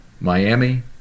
Miami